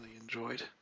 enjoyed